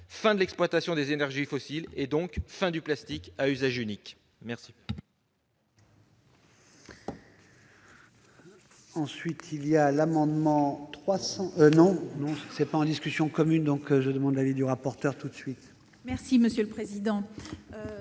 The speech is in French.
fin de l'exploitation des énergies fossiles et donc à celle du plastique à usage unique. Quel